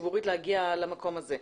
ציבורית להגיע למקום הזה.